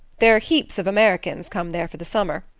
there are heaps of americans come there for the summer.